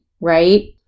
right